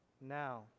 now